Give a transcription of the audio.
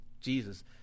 Jesus